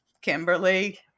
Kimberly